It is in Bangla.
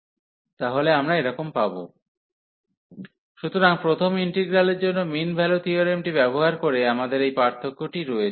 u2u2αfxαdxf2αΔαu2αΔα u2 ξ2u2u2αΔα u1u1αΔαfxαΔαdxf3αΔαu1αΔα u1 3u1u1αΔα সুতরাং প্রথম ইন্টিগ্রালের জন্য মিন ভ্যালু থিওরেমটি ব্যবহার করে আমাদের এই পার্থক্যটি রয়েছে